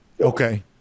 Okay